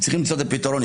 צריכים למצוא את הפתרון.